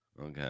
Okay